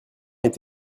est